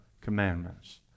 commandments